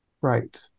Right